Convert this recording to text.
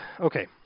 Okay